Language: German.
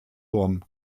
worden